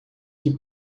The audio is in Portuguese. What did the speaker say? que